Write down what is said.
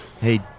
Hey